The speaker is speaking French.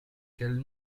quelle